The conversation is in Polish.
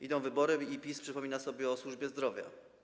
Idą wybory i PiS przypomina sobie o służbie zdrowia.